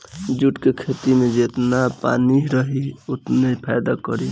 jute के खेती में जेतना पानी रही ओतने फायदा करी